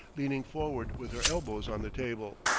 leaning forward with her elbows on the table,